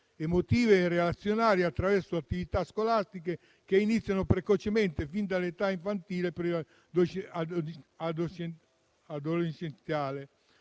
emotive e relazionali attraverso attività scolastiche che iniziano precocemente, fin dall'età infantile e preadolescenziale.